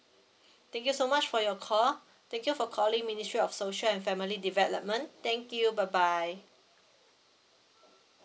thank you so much for your call thank you for calling ministry of social and family development thank you bye bye